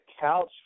couch